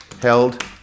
held